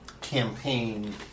campaign